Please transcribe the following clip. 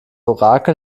orakel